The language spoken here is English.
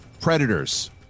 Predators